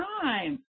time